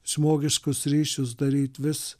žmogiškus ryšius daryt vis